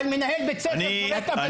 אבל מנהל בית ספר זורק אבנים?